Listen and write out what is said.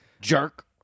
jerk